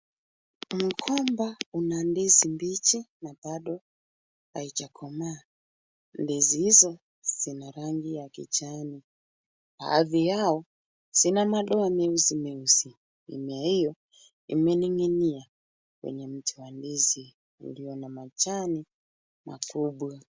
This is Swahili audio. Mgomba una ndizi mbichi na bado haijakomaa. Ndizi hizo zina rangi ya kijani ,baadhi yao zina madoa meusi meusi, mimea hiyo imening'inia kwenye mti wa ndizi ulio na majani makubwa.